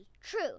True